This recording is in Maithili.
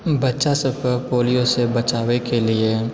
बच्चा सबके पोलियो सँ बचाबै के लिए